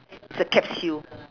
it's a capsule